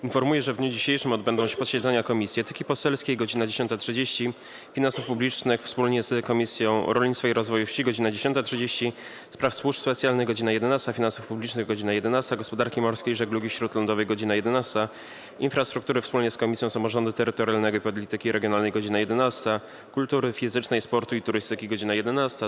Informuję, że w dniu dzisiejszym odbędą się posiedzenia Komisji: - Etyki Poselskiej - godz. 10.30, - Finansów Publicznych wspólnie z Komisją Rolnictwa i Rozwoju Wsi - godz. 10.30, - do Spraw Służb Specjalnych - godz. 11, - Finansów Publicznych - godz. 11, - Gospodarki Morskiej i Żeglugi Śródlądowej - godz. 11, - Infrastruktury wspólnie z Komisją Samorządu Terytorialnego i Polityki Regionalnej - godz. 11, - Kultury Fizycznej, Sportu i Turystyki - godz. 11,